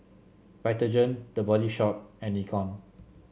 Vitagen The Body Shop and Nikon